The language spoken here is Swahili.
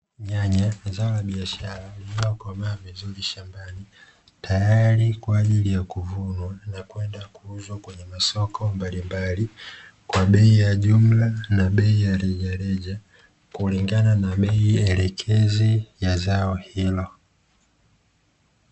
Nyanya zao la biashara lililokomaa vizuri shambani, tayari kwa ajili ya kuvunwa na kwenda kuuzwa kwenye masoko mbalimbali, kwa bei ya jumla na bei rejareja kulingana na bei elekezi ya zao hilo.